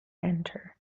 enter